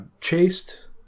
chased